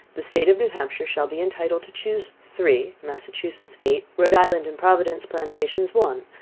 the state of new hampshire shall be entitled to chuse three, massachusetts eight, rhode island and providence plantations one,